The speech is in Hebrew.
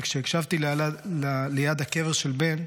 כשהקשבתי ליד הקבר של בן,